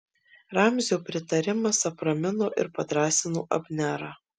ramzio pritarimas apramino ir padrąsino abnerą